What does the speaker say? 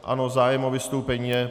Ano, zájem o vystoupení je.